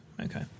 okay